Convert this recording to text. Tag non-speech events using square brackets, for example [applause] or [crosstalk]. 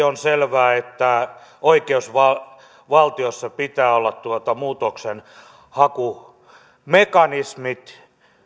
[unintelligible] on selvää että oikeusvaltiossa pitää olla muutoksenhakumekanismit